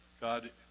God